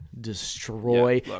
destroy